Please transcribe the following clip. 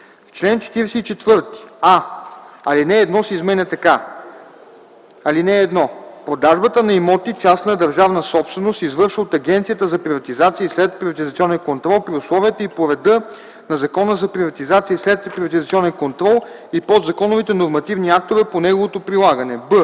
чл. 44: а) алинея 1 се изменя така: „(1) Продажбата на имоти - частна държавна собственост, се извършва от Агенцията за приватизация и следприватизационен контрол при условията и по реда на Закона за приватизация и следприватизационен контрол и подзаконовите нормативни актове по неговото прилагане.”;